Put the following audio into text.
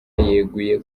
yeguye